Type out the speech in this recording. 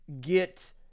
get